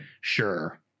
sure